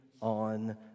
on